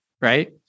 Right